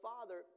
Father